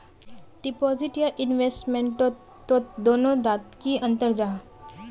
Deposit या investment तोत दोनों डात की अंतर जाहा?